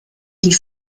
die